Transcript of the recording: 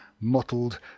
mottled